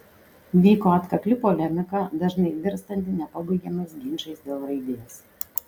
vyko atkakli polemika dažnai virstanti nepabaigiamais ginčais dėl raidės